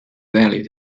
value